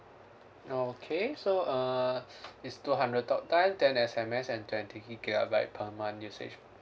okay so uh it's two hundred talk time ten S_M_S and twenty gigabyte per month usage